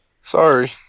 Sorry